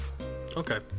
Okay